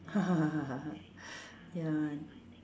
ya